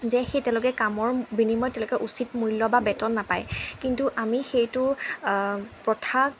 যে সেই তেওঁলোকে কামৰ বিনিময়ত তেওঁলোকে উচিত মূল্য বা বেতন নাপায় কিন্তু আমি সেইটো প্ৰথা